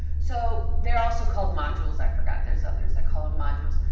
so, they're also called modules, i forgot, there's others that call em modules.